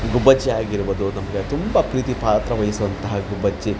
ಗುಬ್ಬಚ್ಚಿ ಆಗಿರ್ಬೋದು ನಮಗೆ ತುಂಬ ಪ್ರೀತಿ ಪಾತ್ರವಹಿಸುವಂತಹ ಗುಬ್ಬಚ್ಚಿ